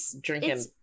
drinking